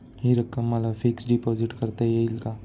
हि रक्कम मला फिक्स डिपॉझिट करता येईल का?